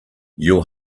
your